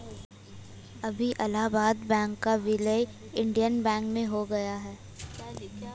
अभी इलाहाबाद बैंक का विलय इंडियन बैंक में हो गया है